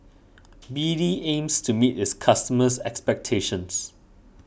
B D aims to meet its customers' expectations